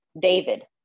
David